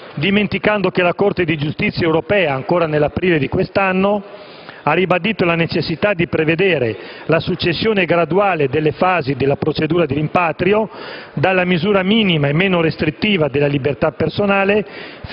dimenticando che la Corte di giustizia dell'Unione europea ancora nell'aprile di quest'anno ha ribadito la necessità di prevedere la successione graduale delle fasi della procedura di rimpatrio, dalla misura minima e meno restrittiva della libertà personale